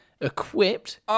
equipped